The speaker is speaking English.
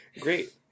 Great